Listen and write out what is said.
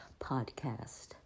podcast